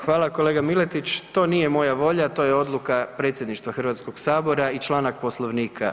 Hvala kolega Miletić, to nije moja volja, to je odluka Predsjedništva Hrvatskog sabora i članak Poslovnika.